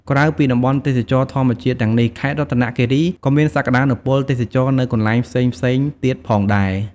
ក្រៅពីតំបន់ទេសចរណ៍ធម្មជាតិទាំងនេះ ខេត្តរតនគិរី ក៏មានសក្តានុពលទេសចរណ៍នៅកន្លែងផ្សេងៗទៀតផងដែរ។